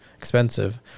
expensive